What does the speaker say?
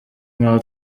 nk’aho